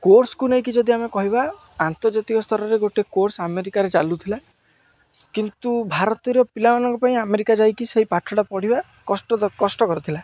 କୋର୍ସକୁ ନେଇକି ଯଦି ଆମେ କହିବା ଆନ୍ତର୍ଜାତିକ ସ୍ତରରେ ଗୋଟେ କୋର୍ସ ଆମେରିକାରେ ଚାଲୁଥିଲା କିନ୍ତୁ ଭାରତର ପିଲାମାନଙ୍କ ପାଇଁ ଆମେରିକା ଯାଇକି ସେଇ ପାଠଟା ପଢ଼ିବା କଷ୍ଟ କଷ୍ଟକର ଥିଲା